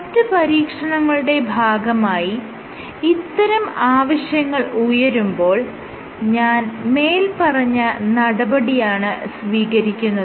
മറ്റ് പരീക്ഷണങ്ങളുടെ ഭാഗമായി ഇത്തരം ആവശ്യങ്ങൾ ഉയരുമ്പോൾ ഞാൻ മേല്പറഞ്ഞ നടപടിയാണ് സ്വീകരിക്കുന്നത്